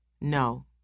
No